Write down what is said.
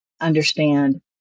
understand